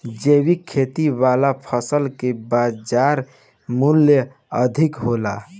जैविक खेती वाला फसल के बाजार मूल्य अधिक होला